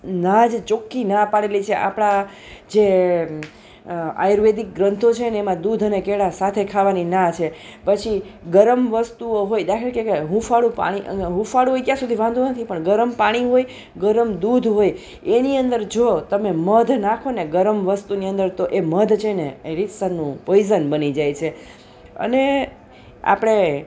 ના જ ચોખ્ખી ના પાડેલી છે આપણા જે અ આયુર્વેદિક ગ્રંથો છેને એમાં દૂધ અને કેળાં સાથે ખાવાની ના છે પછી ગરમ વસ્તુઓ હોય દાખલા તરીકે કે હુંફાળું પાણી હુંફાળું એ ક્યાં સુધી વાંધો નથી પણ ગરમ પાણી હોય ગરમ દૂધ હોય એની અંદર જો તમે મધ નાખોને ગરમ વસ્તુની અંદર તો એ મધ છે ને એ રીતસરનું પોઈઝન બની જાય છે અને આપણે